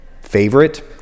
favorite